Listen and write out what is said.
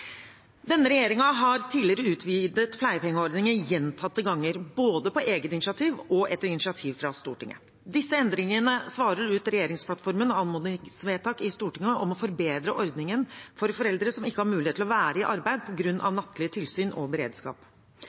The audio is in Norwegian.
Denne regjeringen har utvidet pleiepengeordningen gjentatte ganger, både på eget initiativ og etter initiativ fra Stortinget. Disse endringene svarer ut regjeringsplattformen og anmodningsvedtak i Stortinget om å forbedre ordningen for foreldre som ikke har mulighet til å være i arbeid på grunn av nattlige tilsyn og beredskap.